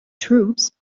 troops